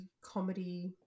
comedy